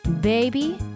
Baby